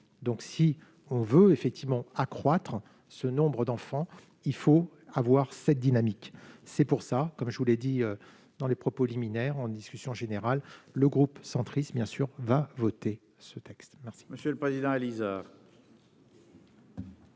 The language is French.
donc si on veut effectivement accroître ce nombre d'enfants, il faut avoir cette dynamique, c'est pour ça, comme je vous l'ai dit, dans les propos liminaire en discussion générale, le groupe centriste bien sûr va voter ce texte, merci. Le président Alizard.